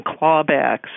clawbacks